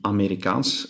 Amerikaans